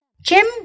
Jim